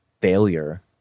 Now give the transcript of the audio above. failure